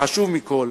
וחשוב מכול,